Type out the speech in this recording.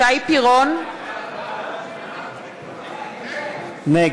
שי פירון, נגד